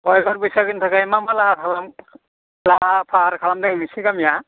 फैगौ बैसागुनि थाखाय मा मा राहा खालाम लाहार फाहार खालामदों नोसोर गामिया